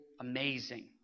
amazing